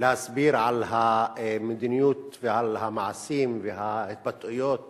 להסביר על המדיניות ועל המעשים וההתבטאויות